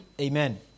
Amen